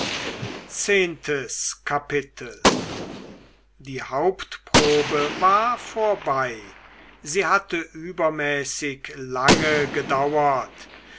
zehntes kapitel die hauptprobe war vorbei sie hatte übermäßig lange gedauert